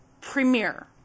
premiere